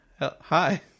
hi